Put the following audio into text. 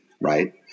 right